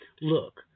look